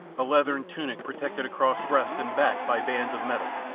a leathern tunic protected across breast and back by bands of metal,